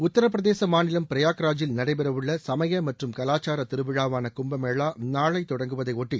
உத்தரபிரதேச மாநிலம் பிரயாக்ராஜில் நடைபெறவுள்ள சமய மற்றும் கலாச்சார திருவிழாவான கும்பமேளா நாளை தொடங்குவதை ஒட்டி